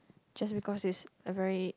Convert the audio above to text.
just because it's a very